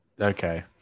Okay